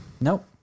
nope